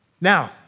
Now